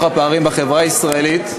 הפערים בחברה הישראלית,